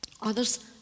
Others